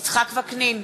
יצחק וקנין,